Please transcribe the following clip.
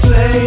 Say